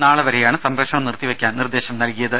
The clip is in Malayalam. നാളെ വരെയാണ് സംപ്രേഷണം നിർത്തിവെയ്ക്കാൻ നിർദ്ദേശം നൽകിയത്